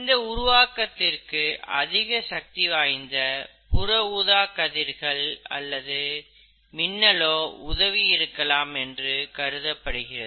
இந்த உருவாக்கத்திற்கு அதிக சக்திவாய்ந்த புற ஊதாக் கதிர்கள் அல்லது மின்னலோ உதவி இருக்கலாம் என்று கருதப்படுகிறது